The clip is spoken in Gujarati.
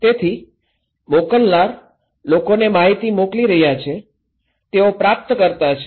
તેથી મોકલનાર લોકોને માહિતી મોકલી રહ્યાં છે તેઓ પ્રાપ્તકર્તા છે